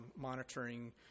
monitoring